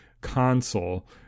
console